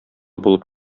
булып